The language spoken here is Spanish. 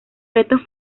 restos